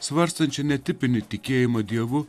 svarstančia netipinį tikėjimą dievu